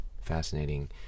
fascinating